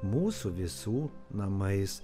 mūsų visų namais